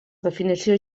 definició